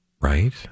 Right